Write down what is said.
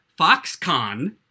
Foxconn